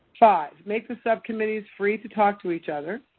five, make the subcommittees free to talk to each other.